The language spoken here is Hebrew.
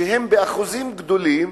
שהם באחוזים גדולים,